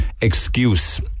excuse